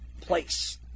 place